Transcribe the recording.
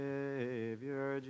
Savior